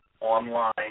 online